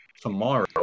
tomorrow